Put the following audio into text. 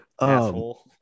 Asshole